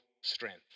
strength